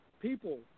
people